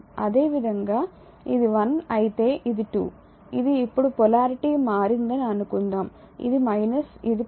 అదేవిధంగా ఇది 1 అయితే ఇది 2 ఇది ఇప్పుడు పొలారిటీ మారిందని అనుకుందాం ఇది ఇది